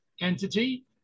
entity